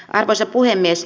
arvoisa puhemies